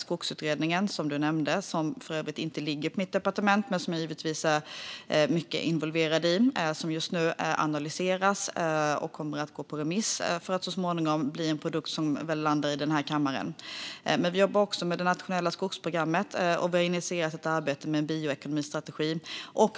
Skogsutredningen som nämndes - som för övrigt inte ligger på mitt departement men som jag givetvis är mycket involverad i - analyseras just nu och kommer att gå på remiss för att så småningom bli en produkt som landar i den här kammaren. Vi jobbar även med det nationella skogsprogrammet och har initierat ett arbete med bioekonomistrategin.